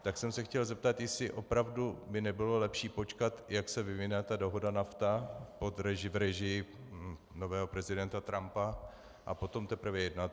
Tak jsem se chtěl zeptat, jestli by opravdu nebylo lepší počkat, jak se vyvine ta dohoda NAFTA v režii nového prezidenta Trumpa, a potom teprve jednat.